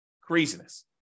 Craziness